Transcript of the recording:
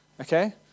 Okay